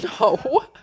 No